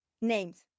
Names